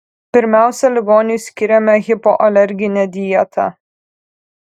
pirmiausia ligoniui skiriame hipoalerginę dietą